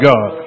God